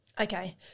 Okay